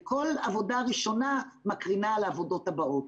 כל עבודה ראשונה מקרינה על העבודות הבאות.